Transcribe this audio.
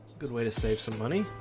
good way to save some money